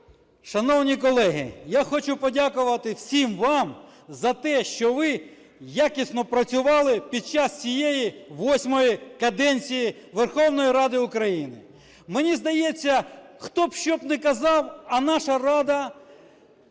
Шановні колеги, я хочу подякувати всім вам за те, що ви якісно працювали під час цієї восьмої каденції Верховної Ради України. Мені здається, хто б що б не казав, а наша Рада